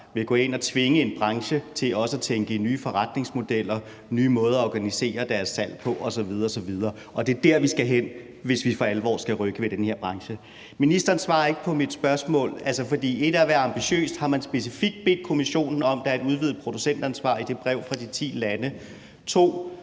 vil gå ind og tvinge en branche til også at tænke i nye forretningsmodeller, nye måder at organisere salget på osv. osv., og det er der, vi skal hen, hvis vi for alvor skal rykke ved den her branche. Ministeren svarer ikke på mine spørgsmål. For det første: Et er at være ambitiøs, men har man specifikt i det brev fra de ti lande bedt Kommissionen om, at der er et udvidet producentansvar? Og for det andet: